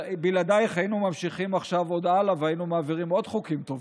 בלעדייך היינו ממשיכים עכשיו עוד הלאה והיינו מעבירים עוד חוקים טובים.